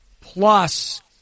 Plus